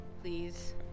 Please